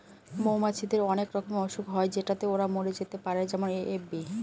মৌমাছিদের অনেক রকমের অসুখ হয় যেটাতে ওরা মরে যেতে পারে যেমন এ.এফ.বি